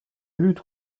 lutte